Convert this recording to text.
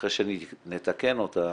אחרי שנתקן אותה